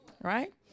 right